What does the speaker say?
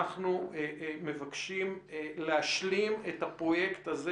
אנחנו מבקשים להשלים את הפרויקט הזה,